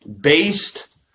based